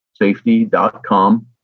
safety.com